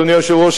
אדוני היושב-ראש,